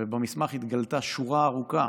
ובמסמך התגלתה שורה ארוכה